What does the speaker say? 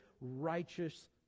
righteous